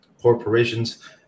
corporations